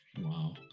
Wow